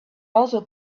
also